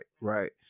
right